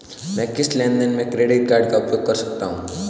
मैं किस लेनदेन में क्रेडिट कार्ड का उपयोग कर सकता हूं?